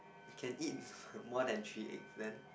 can eat more than three egg then